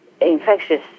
infectious